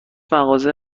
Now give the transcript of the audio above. مغازه